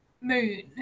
Moon